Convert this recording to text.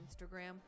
instagram